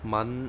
蛮